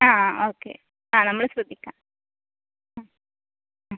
ആ ആ ഓക്കെ ആ നമ്മൾ ശ്രദ്ധിക്കാം ആ ആ